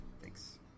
Thanks